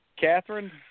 Catherine